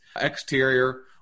Exterior